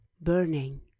burning